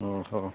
ଓହୋ